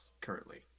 currently